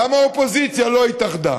גם האופוזיציה לא התאחדה,